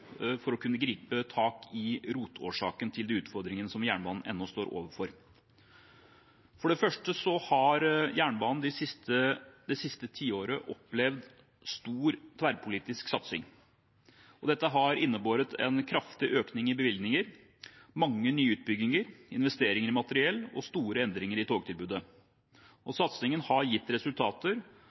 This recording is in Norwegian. for å kunne gripe tak i rotårsaken til de utfordringene jernbanen ennå står overfor. For det første har jernbanen det siste tiåret opplevd stor tverrpolitisk satsing. Dette har innebåret en kraftig økning i bevilgninger, mange nye utbygginger, investeringer i materiell og store endringer i togtilbudet. Satsingen har gitt resultater,